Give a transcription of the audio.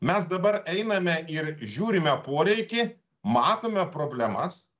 mes dabar einame ir žiūrime poreikį matome problemas